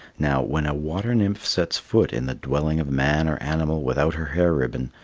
now, when a water-nymph sets foot in the dwelling of man or animal without her hair ribbon,